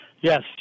Yes